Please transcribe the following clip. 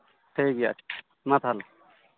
ᱴᱷᱤᱠ ᱜᱮᱭᱟ ᱢᱟ ᱛᱟᱦᱚᱞᱮ